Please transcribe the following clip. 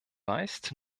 weist